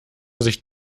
sich